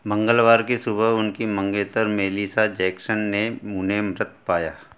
मंगलवार की सुबह उनकी मंगेतर मेलिसा जेक्शन ने उन्हें मृत पाया